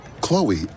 Chloe